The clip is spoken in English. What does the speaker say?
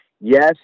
yes